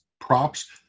props